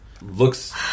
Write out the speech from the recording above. Looks